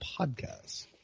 Podcasts